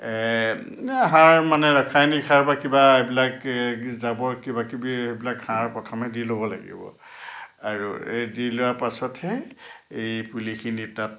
সাৰ মানে ৰাসায়নিক সাৰ বা কিবা এইবিলাক জাবৰ কিবাকিবি এইবিলাক সাৰ প্ৰথমে দি ল'ব লাগিব আৰু এই দি লোৱাৰ পাছতহে এই পুলিখিনি তাত